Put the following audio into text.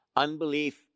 Unbelief